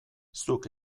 zuk